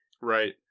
Right